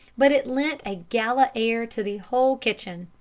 but it lent a gala air to the whole kitchen.